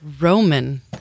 Roman